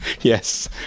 Yes